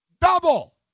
Double